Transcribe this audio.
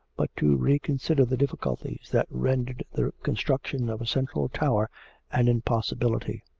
but to reconsider the difficulties that rendered the construction of a central tower an impossibility.